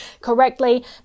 correctly